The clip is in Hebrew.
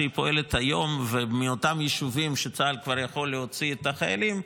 שפועלת היום ומאותם יישובים שצה"ל כבר יכול להוציא את החיילים,